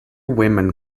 women